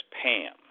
Pam